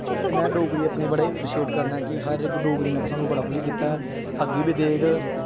ते में डोगरी ई अपने बड़े एप्रीशीएट करना ऐ कि डोगरी ने सानूं बड़ा किश दित्ता ऐ अग्गें बी देग